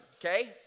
okay